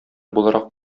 буларак